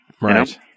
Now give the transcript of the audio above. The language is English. Right